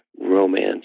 romance